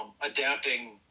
adapting